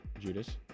Judas